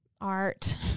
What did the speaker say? art